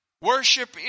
Worship